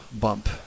bump